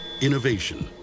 Innovation